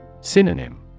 Synonym